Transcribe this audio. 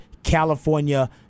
California